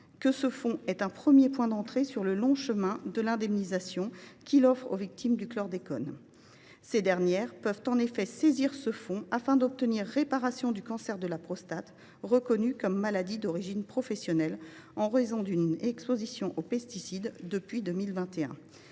que ce fonds est un premier point d’entrée sur le long chemin de l’indemnisation des victimes du chlordécone. Ces dernières peuvent en effet le saisir, afin d’obtenir réparation du cancer de la prostate, reconnu depuis 2021 comme maladie d’origine professionnelle en raison d’une exposition aux pesticides.